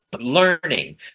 learning